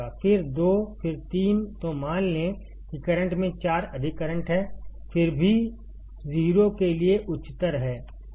फिर 2 फिर 3 तो मान लें कि करंट में 4 अधिक करंट है फिर भी 0 के लिए उच्चतर है